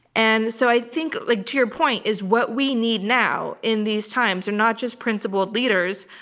and so i think, like to your point, is what we need now in these times are not just principled leaders,